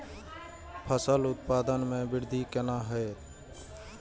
फसल उत्पादन में वृद्धि केना हैं?